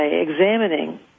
examining